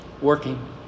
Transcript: working